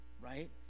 Right